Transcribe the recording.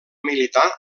militar